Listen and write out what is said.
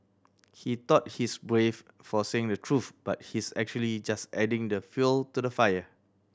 he thought he's brave for saying the truth but he's actually just adding the fuel to the fire